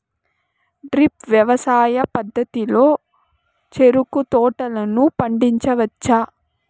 drip వ్యవసాయ పద్ధతిలో చెరుకు తోటలను పండించవచ్చా